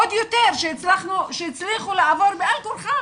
עוד יותר, שהצליחו לעבור בעל כורכם.